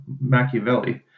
Machiavelli